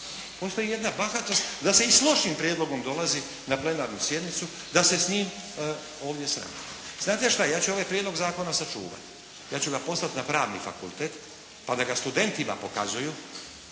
Postoji nekakva bahatost da se i sa lošim prijedlogom dolazi na plenarnu sjednicu, da se sa njim ovdje sramimo. Znate šta? Ja ću ovaj prijedlog zakona sačuvati, ja ću ga poslati na pravni fakultet pa da ga studentima pokazuju